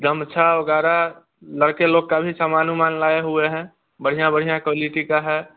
गमछा वगैरह लड़के लोग का भी सामान उमान लाए हुए हैं बढ़िया बढ़िया क्वालिटी का है